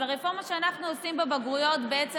אז הרפורמה שאנחנו עושים בבגרויות בעצם